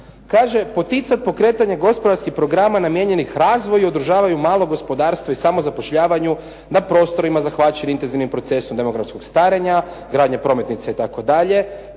poticati pokretanje gospodarskih programa namijenjenih razvoju i održavanju malog gospodarstva i samozapošljavanju na prostorima zahvaćenim intenzivnim procesom demografskog starenja, gradnja prometnice i